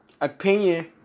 opinion